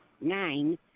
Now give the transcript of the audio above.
nine